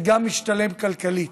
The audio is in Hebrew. זה גם משתלם כלכלית.